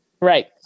Right